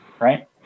right